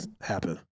happen